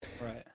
Right